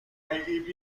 نبرد